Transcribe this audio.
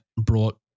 brought